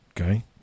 Okay